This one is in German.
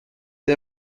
der